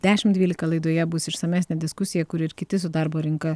dešim dvylika laidoje bus išsamesnė diskusija kur ir kiti su darbo rinka